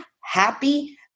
happy